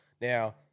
Now